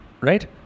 right